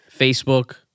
Facebook